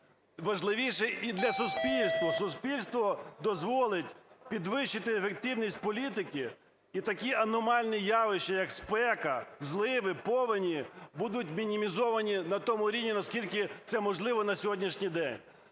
Важливіше і для суспільства. Суспільство дозволить підвищити ефективність політики, і такі аномальні явища, як спека, зливи, повені будуть мінімізовані на тому рівні, наскільки це можливо на сьогоднішній день.